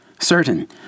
Certain